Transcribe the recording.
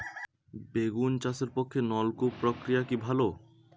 বেগুন চাষের পক্ষে নলকূপ প্রক্রিয়া কি ভালো?